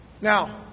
Now